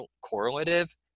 correlative